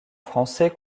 français